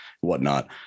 whatnot